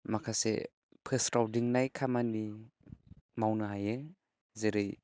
माखासे फोसावदिंनाय खामानि मावनो हायो जेरै